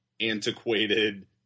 antiquated